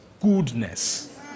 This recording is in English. goodness